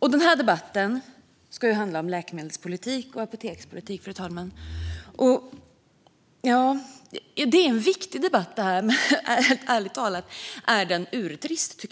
Den här debatten ska ju handla om läkemedelspolitik och apotekspolitik, fru talman. Detta är en viktig debatt, men ärligt talat tycker jag att den är urtrist.